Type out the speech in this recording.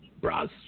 bras